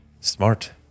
smart